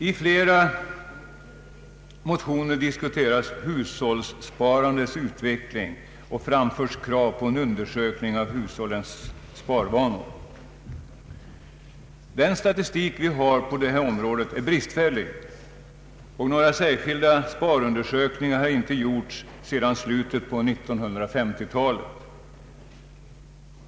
I flera motioner diskuteras hushållssparandets utveckling och framförs krav på en undersökning av hushållens sparvanor. Den statistik vi har på detta område är bristfällig, och några särskilda sparundersökningar har inte gjorts sedan slutet av 1950-talet.